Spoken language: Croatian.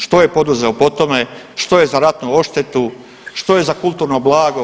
Što je poduzeo po tome, što je za ratnu odštetu, što je za kulturno blago.